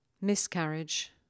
Miscarriage